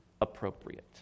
appropriate